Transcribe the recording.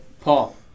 Paul